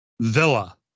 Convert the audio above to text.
Villa